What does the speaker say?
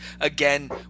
Again